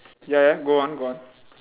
ya ya go on go on